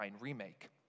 remake